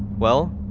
well,